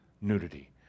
nudity